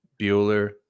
Bueller